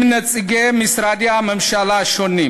עם נציגי משרדי הממשלה השונים.